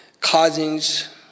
cousins